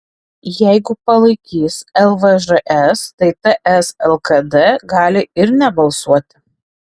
jeigu palaikys lvžs tai ts lkd gali ir nebalsuoti